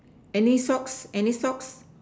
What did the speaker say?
any socks any socks